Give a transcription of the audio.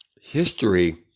history